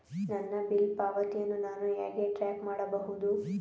ನನ್ನ ಬಿಲ್ ಪಾವತಿಯನ್ನು ನಾನು ಹೇಗೆ ಟ್ರ್ಯಾಕ್ ಮಾಡಬಹುದು?